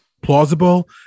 plausible